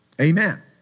Amen